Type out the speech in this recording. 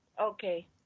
Okay